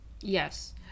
Yes